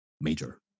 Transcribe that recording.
major